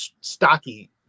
stocky